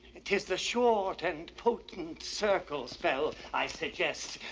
tis the short and potent circle spell i suggest.